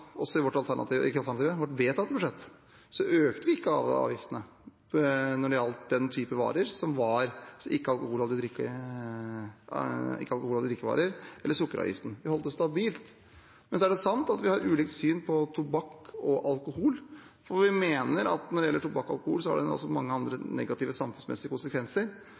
ikke alle avgiftene på den typen varer – ikke-alkoholholdige drikkevarer og sukkeravgiften. Vi holdt det stabilt. Men det er sant at vi har ulikt syn på tobakk og alkohol. Vi mener at tobakk og alkohol har mange andre negative samfunnsmessige konsekvenser,